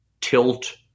tilt-